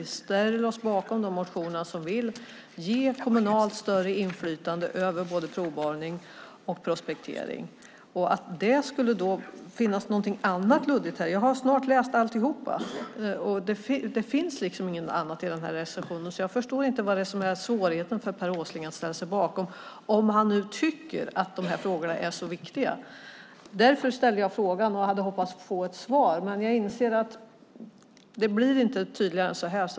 Vi ställer oss bakom de motioner som vill ge större kommunalt inflytande över både provborrning och prospektering. Skulle det finnas något annat luddigt här? Jag har snart läst alltihop. Det finns inget annat i den här reservationen, så jag förstår inte vad som är svårigheten för Per Åsling när det gäller att ställa sig bakom den - om han nu tycker att de här frågorna är så viktiga. Därför ställde jag frågan och hade hoppats få ett svar. Jag inser att det inte blir tydligare än så här.